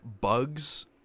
bugs